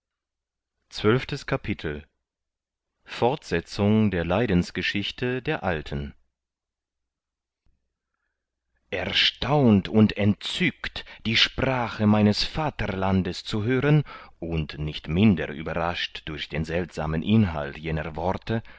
zwölftes kapitel fortsetzung der leidensgeschichte der alten erstaunt und entzückt die sprach meines vaterlandes zu hören und nicht minder überrascht durch den seltsamen inhalt jener worte